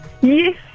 Yes